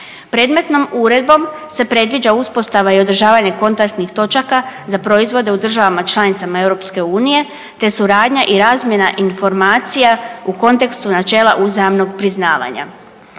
Predmetnom Uredbom se predviđa uspostava i održavanje kontaktnih točaka za proizvode u državama članicama Europske unije, te suradnja i razmjena informacija u kontekstu načela uzajamnog priznavanja.